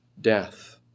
Death